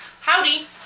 Howdy